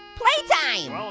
playtime.